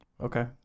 Okay